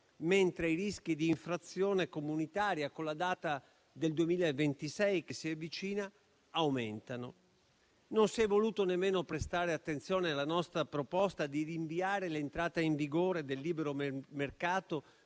mentre i rischi di infrazione comunitaria, con la data del 2026 che si avvicina, aumentano. Non si è voluto nemmeno prestare attenzione alla nostra proposta di rinviare l'entrata in vigore del libero mercato